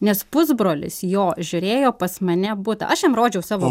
nes pusbrolis jo žiūrėjo pas mane butą aš jam rodžiau savo